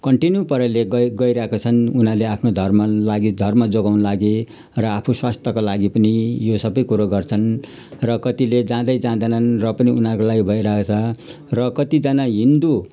continue पाराले गई गइरहेका छन् उनीहरू आफ्नो धर्म लागि धर्म जोगाउनु लागि र आफ्नो स्वास्थ्यको लागि पनि यो सबै कुरो गर्छन् र कतिले जाँदै जाँदैनन् र पनि उनीहरूको लागि भइरहेको छ र कतिजना हिन्दू